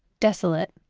desolate?